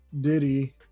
Diddy